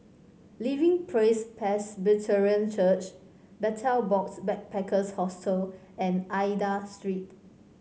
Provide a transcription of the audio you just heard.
Living Praise Presbyterian Church Betel Box Backpackers Hostel and Aida Street